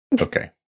okay